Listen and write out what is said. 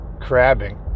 crabbing